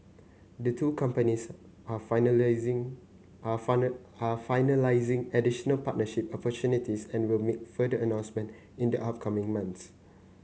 the two companies are finalising are are finalising additional partnership opportunities and will make further announcement in the upcoming months